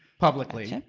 publicly.